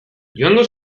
joango